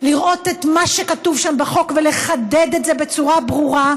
לראות את מה שכתוב שם בחוק ולחדד את זה בצורה ברורה,